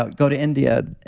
ah go to india,